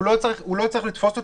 הוא לא צריך לתפוס אותי,